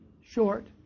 short